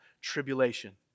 tribulation